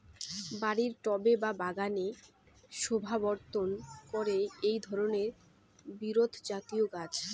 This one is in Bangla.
বাড়ির টবে বা বাগানের শোভাবর্ধন করে এই ধরণের বিরুৎজাতীয় গাছ